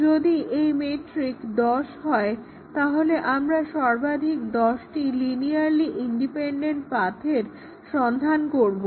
যদি McCabe's metric 10 হয় তাহলে আমরা সর্বাধিক 10টি লিনিয়ারলি ইন্ডিপেন্ডেন্ট পাথের সন্ধান করবো